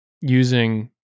using